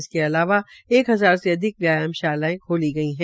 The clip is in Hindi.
इसके अलावा एक हजार से अधिक व्यायामशालाएं खोली गई है